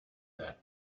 that